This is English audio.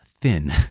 thin